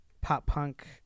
pop-punk